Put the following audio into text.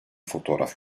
fotoğraf